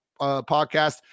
podcast